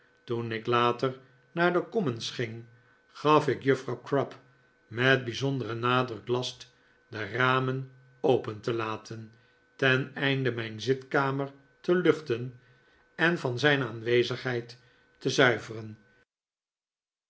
toen ik later naar de commons ging gaf ik juffrouw crupp met bijzonderen nadruk last de ramen open te laten teneinde mijn zitkamer te luchten en van zijn aanwezigheid te zuiveren